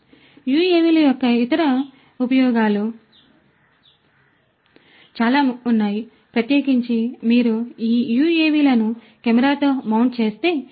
వ్యవసాయంలో యుఎవిల యొక్క ఇతర ఇతర ఉపయోగాలు చాలా ఉన్నాయి ప్రత్యేకించి మీరు ఈ యుఎవిలను కెమెరాతో మౌంట్ చేస్తే